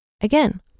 Again